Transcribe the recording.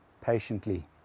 patiently